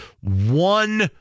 one